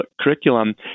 curriculum